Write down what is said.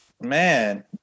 Man